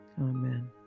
Amen